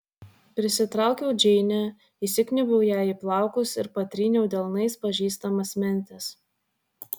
prisitraukiau džeinę įsikniaubiau jai į plaukus ir patryniau delnais pažįstamas mentes